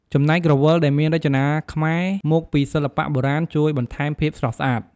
ចំណែកក្រវិលដែលមានរចនាខ្មែរមកពីសិល្បៈបុរាណជួយបន្ថែមភាពស្រស់ស្អាត។